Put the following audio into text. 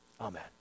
Amen